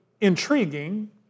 intriguing